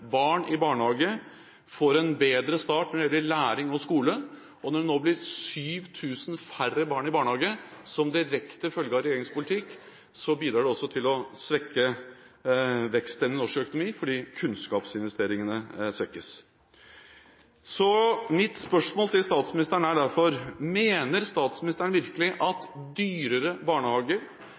barn i barnehage får en bedre start når det gjelder læring og skole. Når det nå blir 7 000 færre barn i barnehage, som en direkte følge av regjeringens politikk, bidrar det også til å svekke vekstevnen i norsk økonomi fordi kunnskapsinvesteringene svekkes. Mitt spørsmål til statsministeren er derfor: Mener statsministeren virkelig at dyrere barnehager,